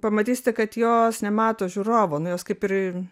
pamatysite kad jos nemato žiūrovo nu jos kaip ir